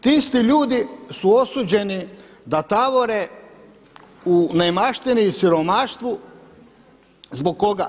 Ti isti ljudi su osuđeni da tavore u neimaštini i siromaštvu, zbog koga?